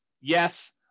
Yes